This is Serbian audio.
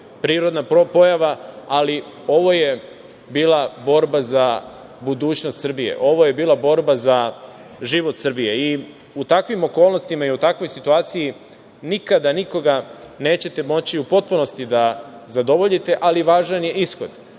prirodna pojava, ali ovo je bila borba za budućnost Srbije, ovo je bila borba za život Srbiju. U takvim okolnostima i u takvoj situaciji nikada nikoga nećete moći u potpunosti da zadovoljite, ali važan je ishod,